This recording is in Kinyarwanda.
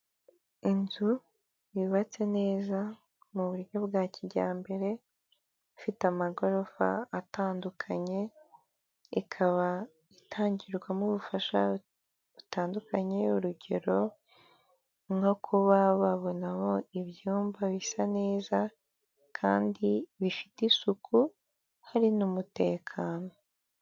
Inzu yubatse neza mu buryo bwa kijyambere ifite amagorofa atandukanye, ikaba itangirwamo ubufasha butandukanye, urugero nko kuba babonamo ibyumba bisa neza, kandi bifite isuku hari n'umutekano.